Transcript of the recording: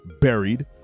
buried